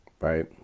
Right